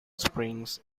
springs